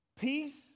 peace